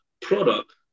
product